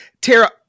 tara